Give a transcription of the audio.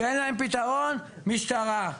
כשאין להם פתרון אז משטרה,